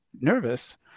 nervous